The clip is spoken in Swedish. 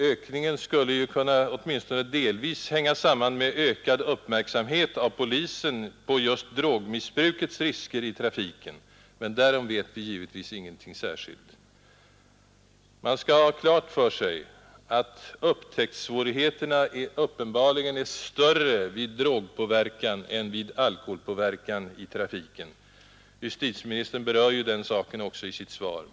Ökningen skulle ju kunna åtminstone delvis hänga samman med ökad uppmärksamhet från polisen på just drogmissbrukets risker i trafiken, men därom vet vi givetvis ingenting särskilt. Man skall ha klart för sig att upptäcktssvårigheterna uppenbarligen är större vid drogpåverkan än vid alkoholpåverkan i trafiken. Justitieministern berör ju också den saken i sitt svar.